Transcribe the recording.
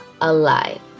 alive